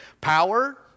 power